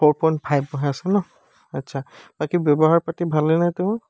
four point five হৈ আছে ন আচ্ছা বাকী ব্যৱহাৰ পাতি ভালে নে তেওঁৰ